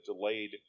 delayed